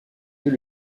eux